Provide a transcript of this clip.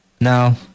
now